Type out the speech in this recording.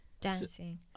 dancing